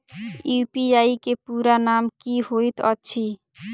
UPI केँ पूरा नाम की होइत अछि?